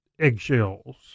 eggshells